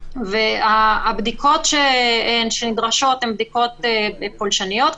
הבדיקות שנדרשות הן בדיקות פולשניות,